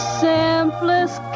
simplest